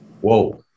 whoa